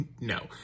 No